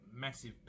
massive